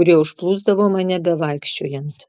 kurie užplūsdavo mane bevaikščiojant